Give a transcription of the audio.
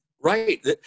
Right